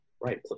right